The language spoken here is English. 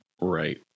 Right